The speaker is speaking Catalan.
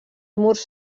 murs